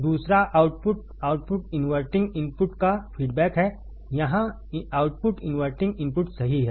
दूसरा output output inverting input का feedback है यहां आउटपुट इनवर्टिंग इनपुट सही है